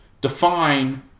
define